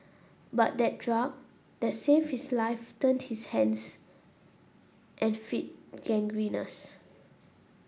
but the drug that saved his life turned his hands and feet gangrenous